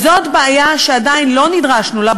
וזאת בעיה שעדיין לא נדרשנו לה,